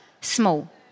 small